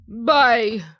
Bye